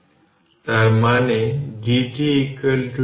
সুতরাং এটি 5 10 পাওয়ারে আসছে 3 জুল এবং দ্বিতীয় ক্ষেত্রে ভোল্টেজ v2 ছিল 0